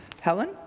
Helen